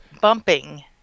bumping